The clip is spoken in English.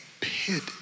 pit